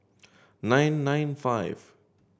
nine nine five